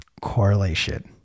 Correlation